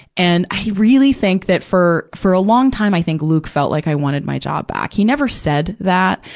and i really think that for, for a long time, i think, luke felt like i wanted my job back. he never said that,